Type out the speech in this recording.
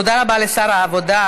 תודה רבה לשר העבודה,